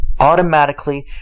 Automatically